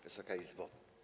Wysoka Izbo!